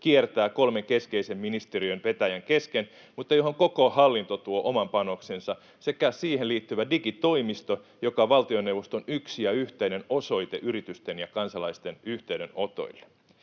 kiertää kolmen keskeisen ministeriön vetäjän kesken mutta johon koko hallinto tuo oman panoksensa, sekä siihen liittyvä digitoimisto, joka on valtioneuvoston yksi ja yhteinen osoite yritysten ja kansalaisten yhteydenotoille.